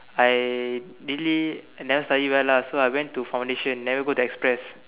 I really I never study well lah so I went to foundation never go to express